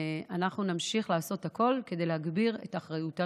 ואנחנו נמשיך לעשות הכול כדי להגביר את אחריותה